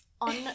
on